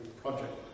project